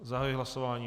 Zahajuji hlasování.